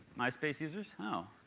myspace users? oh!